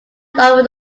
along